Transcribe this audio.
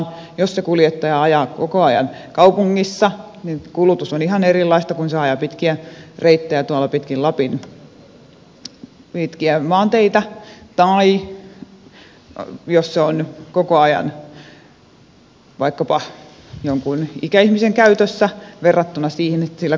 jos se kuljettaja ajaa koko ajan kaupungissa kulutus on ihan erilaista kuin jos hän ajaa pitkiä reittejä tuolla pitkin lapin pitkiä maanteitä tai jos se on koko ajan vaikkapa jonkun ikäihmisen käytössä verrattuna siihen että sillä kruisaillaan jossakin muualla